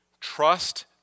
Trust